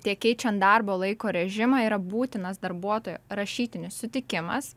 tiek keičiant darbo laiko režimą yra būtinas darbuotojo rašytinis sutikimas